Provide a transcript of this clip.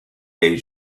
les